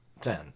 ten